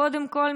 קודם כול,